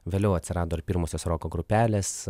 vėliau atsirado ir pirmosios roko grupelės